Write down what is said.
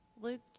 Luke